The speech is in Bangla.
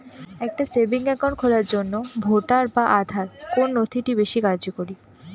একটা সেভিংস অ্যাকাউন্ট খোলার জন্য ভোটার বা আধার কোন নথিটি বেশী কার্যকরী?